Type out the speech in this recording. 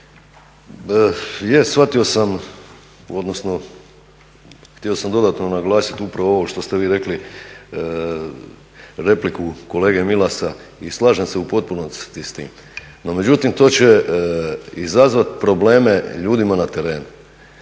shvatio sam, odnosno htio sam dodatno naglasiti upravo ovo što ste vi rekli na repliku kolege Milasa i slažem se u potpunosti s tim. No međutim to će izazvati probleme ljudima na terenu.